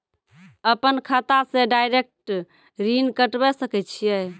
अपन खाता से डायरेक्ट ऋण कटबे सके छियै?